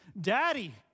Daddy